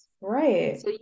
Right